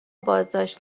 بازداشت